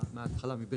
מההתחלה, מבראשית,